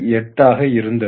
8 ஆக இருந்தது